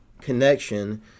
connection